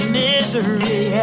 misery